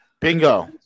Bingo